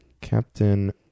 Captain